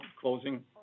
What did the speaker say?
closing